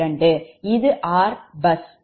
இது 𝑟𝑡ℎ பஸ்